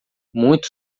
muito